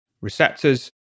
receptors